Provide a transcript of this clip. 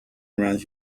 around